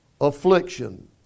affliction